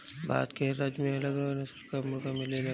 भारत के हर राज्य में अलग अलग नस्ल कअ मुर्गा मिलेलन